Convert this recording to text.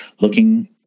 looking